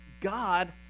God